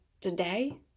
today